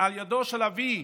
על ידו של אבי,